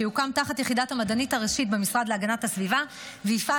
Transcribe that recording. שיוקם תחת יחידת המדענית הראשית במשרד להגנת הסביבה ויפעל